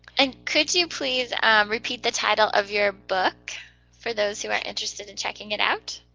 and could you please repeat the title of your book for those who are interested in checking it out?